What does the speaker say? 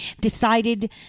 decided